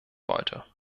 wollte